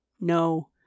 No